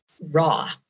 raw